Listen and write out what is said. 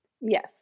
yes